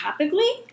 topically